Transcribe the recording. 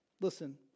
Listen